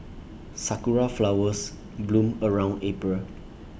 Sakura Flowers bloom around April